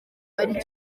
ari